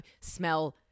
smell